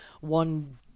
one